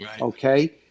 Okay